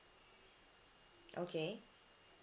okay